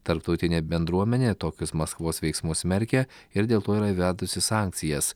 tarptautinė bendruomenė tokius maskvos veiksmus smerkia ir dėl to yra įvedusi sankcijas